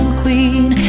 queen